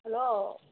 hello